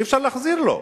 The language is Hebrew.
אי-אפשר להחזיר לו.